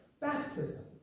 Baptism